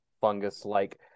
fungus-like